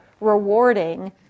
rewarding